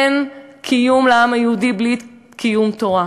אין קיום לעם היהודי בלי קיום תורה.